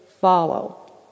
follow